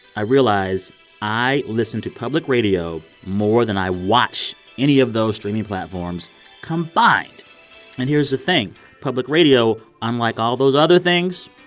i realize i listen to public radio more than i watch any of those streaming platforms combined and here's the thing public radio, unlike all those other things,